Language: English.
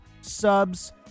subs